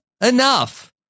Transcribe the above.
Enough